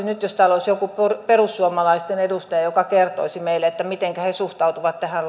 nyt että täällä olisi joku perussuomalaisten edustaja joka kertoisi meille mitenkä he suhtautuvat tähän